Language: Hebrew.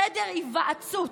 חדר היוועצות,